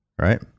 right